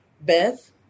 Beth